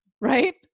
right